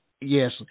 Yes